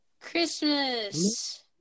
Christmas